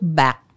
back